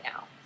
now